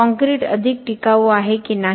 concrete अधिक टिकाऊ आहे की नाही